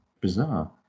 bizarre